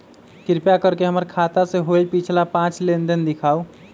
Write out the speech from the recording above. कृपा कर के हमर खाता से होयल पिछला पांच लेनदेन दिखाउ